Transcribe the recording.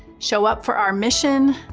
show up for our mission,